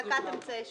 אמצעי שליטה.